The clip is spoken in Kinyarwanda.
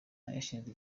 washinze